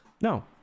No